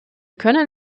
können